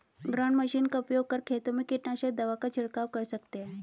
ground machine का उपयोग कर खेतों में कीटनाशक दवा का झिड़काव कर सकते है